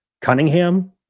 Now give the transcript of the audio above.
Cunningham